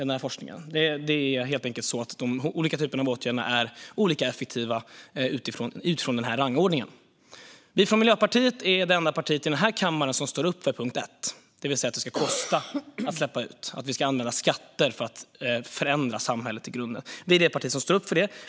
Det är helt enkelt så att olika typer av åtgärder är olika effektiva, i enlighet med denna rangordning. Miljöpartiet är det enda parti i kammaren som står upp för den första åtgärden, det vill säga att det ska kosta att släppa ut och att vi ska använda skatter för att förändra samhället i grunden.